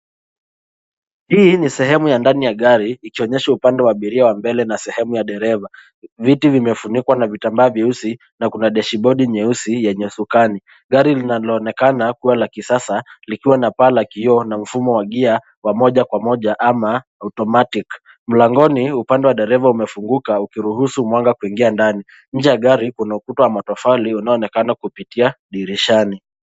Hii ni sehemu ya ndani ya gari ikionyesha upande wa abiria wa mbele na sehemu ya dereva. Viti vimefunikwa na vitambaa vyeusi na kuna dashibodi nyeusi yenye usukani. Gari linaloonekana kuwa la kisasa likiwa na paa la kioo na mfumo wa gia wa moja kwa moja ama automatic . Mlangoni, upande wa dereva, umefunguka ukiruhusu mwanga kuingia ndani. Nje ya gari kuna ukuta wa matofali unaoonekana kupitia dirishani.